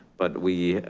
but we,